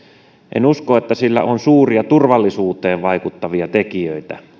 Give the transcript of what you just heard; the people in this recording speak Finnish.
en usko että tässä lainsäädännössä on suuria turvallisuuteen vaikuttavia tekijöitä